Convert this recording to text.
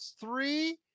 three